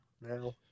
now